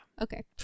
Okay